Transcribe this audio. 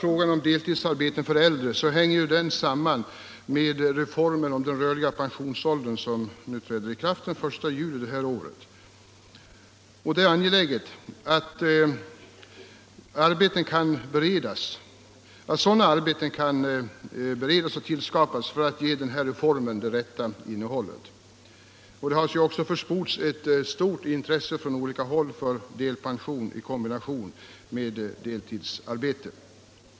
Frågan om deltidsarbete för äldre hänger samman med reformen om den rörliga pensionsåldern, som träder i kraft den 1 juli i år. Om reformen skall få det rätta innehållet är det angeläget att fler deltidsarbeten skapas. Det har också försports ett stort intresse från olika håll för delpension och deltidsarbete.